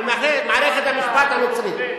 על מערכת המשפט המצרית.